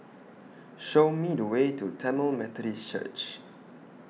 Show Me The Way to Tamil Methodist Church